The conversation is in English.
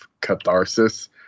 catharsis